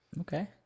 okay